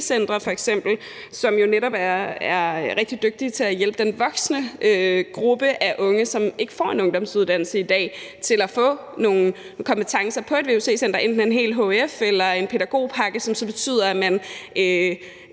vuc-centre, som jo netop er rigtig dygtige til at hjælpe den gruppe voksne unge, som ikke får en ungdomsuddannelse i dag, til at få nogle kompetencer på et vuc-center, enten en hel hf eller en pædagogpakke, som så betyder, at man